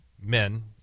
Men